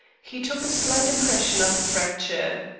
he took a slight impression of the fracture.